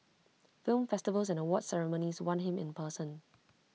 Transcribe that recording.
film festivals and awards ceremonies want him in person